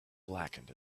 blackened